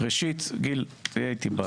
כולל השנה הראשונה שבה היינו במספרים הכי גבוהים,